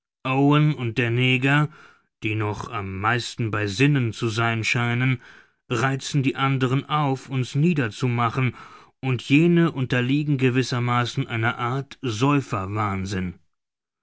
und der neger die noch am meisten bei sinnen zu sein scheinen reizen die anderen auf uns niederzumachen und jene unterliegen gewissermaßen einer art